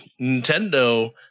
Nintendo